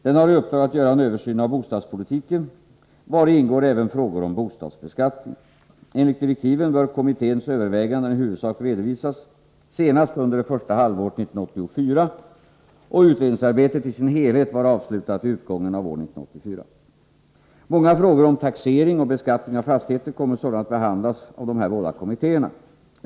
Den har i uppdrag att göra en översyn av bostadspolitiken, vari ingår även frågor om bostadsbeskattningen. Enligt direktiven bör kommitténs överväganden i huvudsak redovisas senast under det första halvåret 1984 och utredningsarbetet i sin helhet vara avslutat vid utgången av år 1984. Många frågor om taxering och beskattning av fastigheter kommer sålunda att behandlas av dessa båda kommittéer.